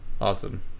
Awesome